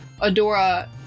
Adora